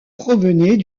provenait